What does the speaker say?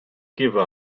give